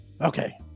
Okay